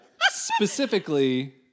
Specifically-